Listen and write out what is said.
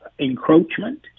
encroachment